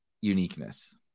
uniqueness